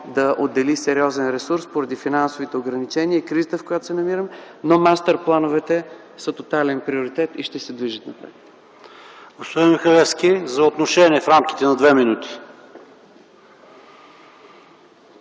да отдели сериозен ресурс, поради финансовите ограничения и кризата, в която се намираме, но мастер-плановете са тотален приоритет и ще се движат напред. ПРЕДСЕДАТЕЛ ПАВЕЛ ШОПОВ: Господин Михалевски – за отношение в рамките на две минути.